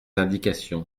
indications